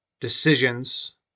decisions